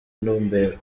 ntumbero